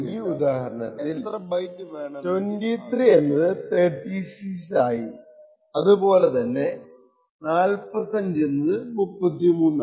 ഈ ഉദാഹരണത്തിൽ multiple fault മൂന്നോളം 23 36 ആയി അതുപോലെ 45 33 ആയി